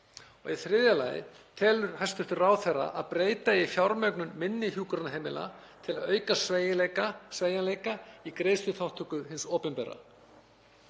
Og í þriðja lagi: Telur ráðherra að breyta eigi fjármögnun minni hjúkrunarheimila til að auka sveigjanleika í greiðsluþátttöku hins opinbera?